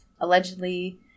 Allegedly